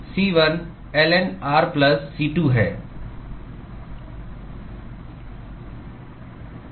C1 ln r plus C2 है